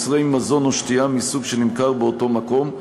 מוצרי מזון או שתייה מסוג שנמכר באותו מקום.